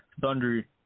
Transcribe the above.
thunder